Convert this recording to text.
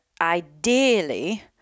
ideally